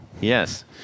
Yes